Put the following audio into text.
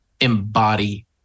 embody